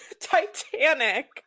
titanic